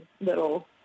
little